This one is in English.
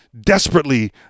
desperately